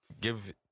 Give